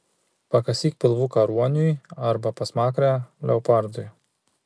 pakasyk pilvuką ruoniui arba pasmakrę leopardui